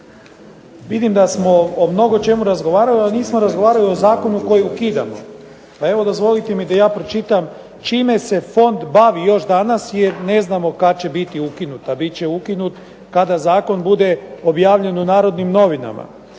Vidim da smo o mnogočemu razgovarali, ali nismo razgovarali o zakonu koji ukidamo. Pa evo dozvolite mi da ja pročitam čime se fond bavi još danas, jer ne znamo kad će biti ukinut, a bit će ukinut kada zakon bude objavljen u Narodnim novinama.